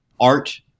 art